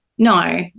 No